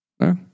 No